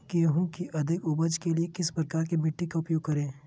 गेंहू की अधिक उपज के लिए किस प्रकार की मिट्टी का उपयोग करे?